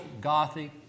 gothic